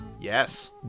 Yes